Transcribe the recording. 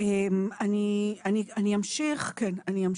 אני לא